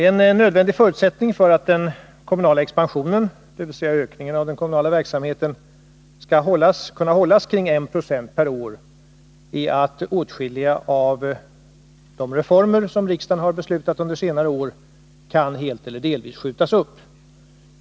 En nödvändig förutsättning för att den kommunala expansionen, dvs. ökningen av den kommunala verksamheten, skall kunna hållas kring 1 20 per år är att åtskilliga av de reformer som riksdagen har beslutat under senare år helt eller delvis kan skjutas upp.